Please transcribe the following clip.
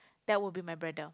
that would be my brother